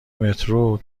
مترو